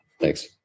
Thanks